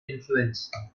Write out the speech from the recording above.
influence